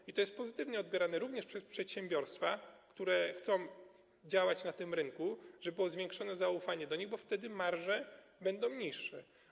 I to jest pozytywnie odbierane również przez przedsiębiorstwa, które chcą działać na tym rynku, żeby było zwiększone zaufanie do nich, bo wtedy marże będą niższe.